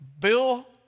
Bill